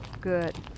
Good